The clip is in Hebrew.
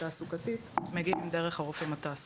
תעסוקתית מגיעים דרך הרופאים התעסוקתיים.